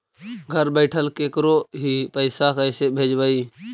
घर बैठल केकरो ही पैसा कैसे भेजबइ?